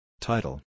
Title